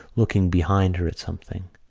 looking behind her at something.